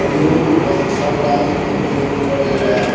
लोक मच्छरदानीके उपयोग करैए